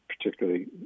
particularly